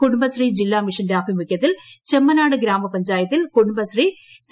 കുടുംബശ്രീ ജില്ലാ മിഷന്റെ ആഭിമുഖ്യത്തിൽ ചെമ്മനാട് ഗ്രാമപഞ്ചായത്ത് കുടുംബശ്രീ സി